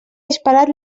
disparat